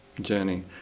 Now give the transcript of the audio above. journey